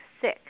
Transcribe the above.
sick